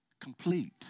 Complete